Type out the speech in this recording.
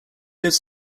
lives